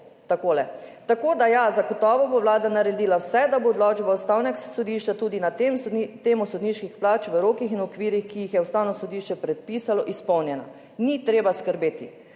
takole: »Tako da ja, zagotovo bo vlada naredila vse, da bo odločba Ustavnega sodišča tudi na temo sodniških plač v rokih in v okvirih, ki jih je Ustavno sodišče predpisalo, izpolnjena. Ni treba skrbeti.